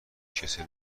کسل